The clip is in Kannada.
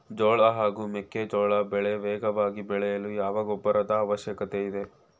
ಜೋಳ ಹಾಗೂ ಮೆಕ್ಕೆಜೋಳ ಬೆಳೆ ವೇಗವಾಗಿ ಬೆಳೆಯಲು ಯಾವ ಗೊಬ್ಬರದ ಅವಶ್ಯಕತೆ ಇದೆ?